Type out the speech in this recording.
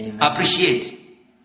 appreciate